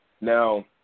Now